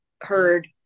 heard